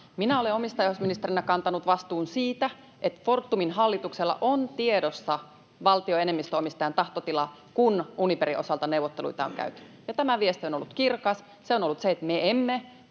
Minä olen omistajaohjausministerinä kantanut vastuun siitä, että Fortumin hallituksella on ollut tiedossa valtion enemmistöomistajan tahtotila, kun Uniperin osalta neuvotteluita on käyty. Ja tämä viesti on ollut kirkas. Se on ollut se, että me emme